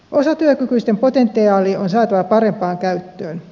osatyökykyisten potentiaali on saatava parempaan käyttöön